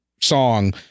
song